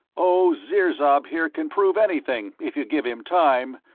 oh, sirzob, here, can prove anything, if you give him time,